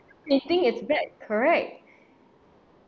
they think it's bad correct